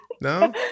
No